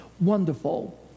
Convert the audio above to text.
wonderful